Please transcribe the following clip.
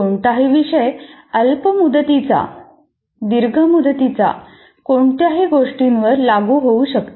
कोणताही विषय अल्प मुदतीचा दीर्घ मुदतीच्या कोणत्याही गोष्टीवर लागू होऊ शकते